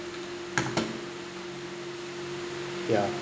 ya